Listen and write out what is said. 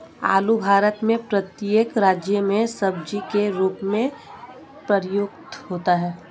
आलू भारत में प्रत्येक राज्य में सब्जी के रूप में प्रयुक्त होता है